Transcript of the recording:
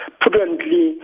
prudently